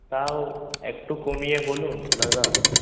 তাও একটু কমিয়ে বলুন দাদা